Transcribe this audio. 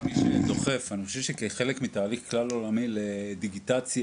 מי שדוחף לחלק מתהליך כלל עולמי לדיגיטציה